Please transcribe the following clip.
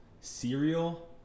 cereal